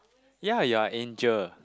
ya ya angel